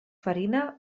farina